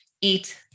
eat